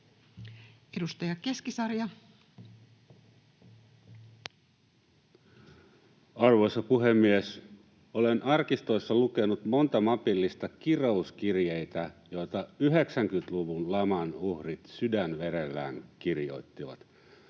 Edustaja Keskisarja. Arvoisa puhemies! Olen arkistoissa lukenut monta mapillista kirouskirjeitä, joita 90-luvun laman uhrit sydänverellään kirjoittivat.